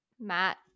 Matt